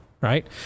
Right